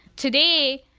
today,